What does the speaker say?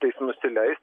tais nusileist